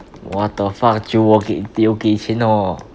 what the fuck 酒我给有给钱的 orh